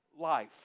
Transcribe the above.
life